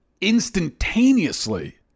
instantaneously